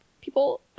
people